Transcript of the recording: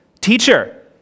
teacher